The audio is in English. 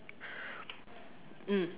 mm